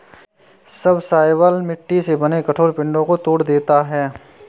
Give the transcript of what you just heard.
subsoiler मिट्टी से बने कठोर पिंडो को तोड़ देता है